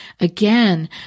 Again